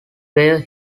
where